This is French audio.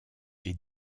est